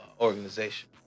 organization